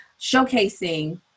showcasing